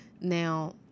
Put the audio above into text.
Now